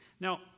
Now